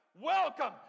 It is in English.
welcome